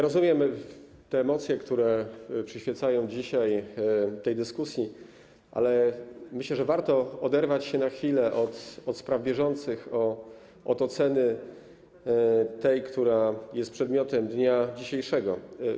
Rozumiem te emocje, które przyświecają dzisiaj tej dyskusji, ale myślę, że warto oderwać się na chwilę od spraw bieżących, od oceny, która jest przedmiotem dnia dzisiejszego.